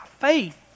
faith